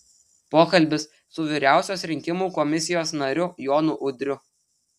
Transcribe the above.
pokalbis su vyriausios rinkimų komisijos nariu jonu udriu